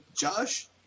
Josh